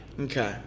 Okay